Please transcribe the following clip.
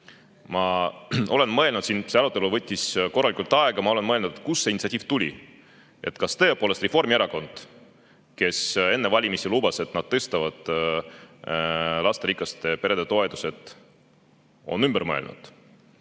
peab vähendama. See arutelu võttis korralikult aega. Ma olen mõelnud, kust see initsiatiiv tuli. Kas tõepoolest Reformierakond, kes enne valimisi lubas, et nad tõstavad lasterikaste perede toetusi, on ümber mõelnud?